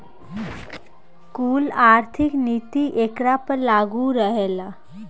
कुल आर्थिक नीति एकरा पर लागू रहेला